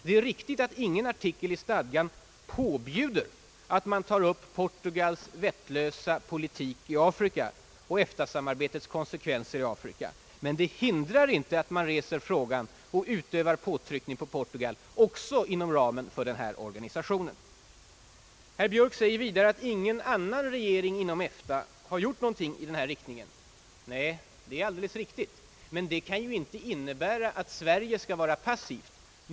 Det är riktigt att ingen artikel i stadgan påbjuder att man tar upp Portugals vettlösa politik i Afrika och EFTA-samarbetets konsekvenser i Afrika. Men detta hindrar inte att man reser frågan och utövar påtryckning på Portugal också inom ramen för organisationen. Herr Björk säger vidare att ingen annan regering inom EFTA har gjort någonting i denna riktning. Nej, det är alldeles riktigt, men det kan inte innebära att Sverige skall vara passivt.